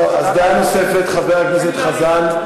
אז דעה נוספת, חבר הכנסת חזן.